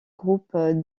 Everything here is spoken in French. groupe